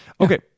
Okay